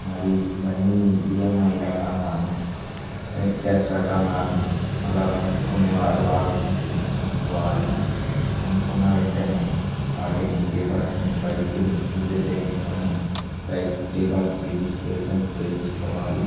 మరియు బండిని ఇయమ్ఐ రకంగా నెట్ కాష్ రకంగా అలా కొనుకునేవారు ఆలోచించుకొని కొనుకోవాలి కొనుక్కున్న వెంటనే వాటిని పేపర్స్ని బైక్ని పూజ చేయించుకుని బైక్ పేపర్స్ రిజిస్ట్రేషన్ చేయించుకోవాలి